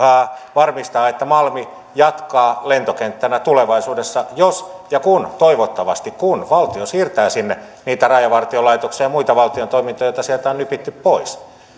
varmistaa että malmi jatkaa lentokenttänä tulevaisuudessa jos ja kun toivottavasti kun valtio siirtää sinne niitä rajavartiolaitoksen ja muita valtion toimintoja joita sieltä on nypitty pois